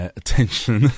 attention